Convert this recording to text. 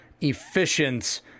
efficient